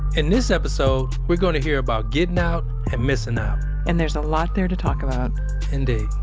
in this episode, we're gonna hear about getting out and missing out and there's a lot there to talk about indeed.